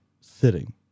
sitting